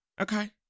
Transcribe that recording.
Okay